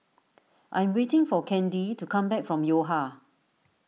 I am waiting for Candy to come back from Yo Ha